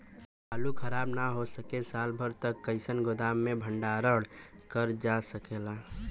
आलू खराब न हो सके साल भर तक कइसे गोदाम मे भण्डारण कर जा सकेला?